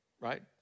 right